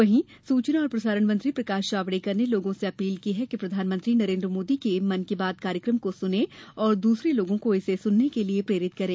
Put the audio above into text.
वहीं सूचना और प्रसारण मंत्री प्रकाश जावड़ेकर ने लोगों से अपील की है कि प्रधानमंत्री नरेंद्र मोदी के मन की बात कार्यक्रम को सुनें तथा दूसरे लोगों को इसे सुनने के लिए प्रेरित करें